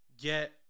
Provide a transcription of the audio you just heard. get